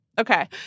Okay